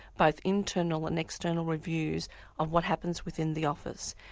both internal and external reviews of what happens within the office.